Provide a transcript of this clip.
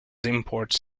imports